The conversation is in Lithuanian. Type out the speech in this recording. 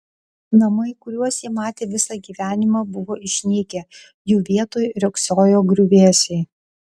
namai kuriuos ji matė visą gyvenimą buvo išnykę jų vietoj riogsojo griuvėsiai